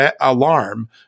alarm